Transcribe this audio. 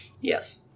yes